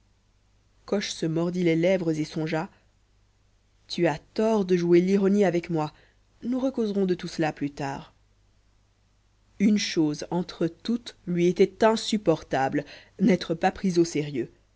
coche se mordit les lèvres et songea tu as tort de jouer l'ironie avec moi nous causerons de tout cela plus tard une chose entre toutes lui était insupportable n'être pas pris au sérieux